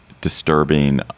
disturbing